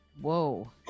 Whoa